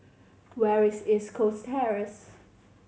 where is East Coast Terrace